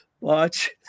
Watch